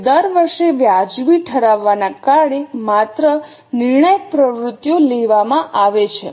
હવે દર વર્ષે વાજબી ઠરાવવાને કારણે માત્ર નિર્ણાયક પ્રવૃત્તિઓ લેવામાં આવે છે